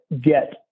get